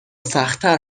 سختتر